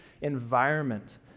environment